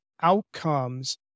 outcomes